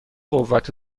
قوت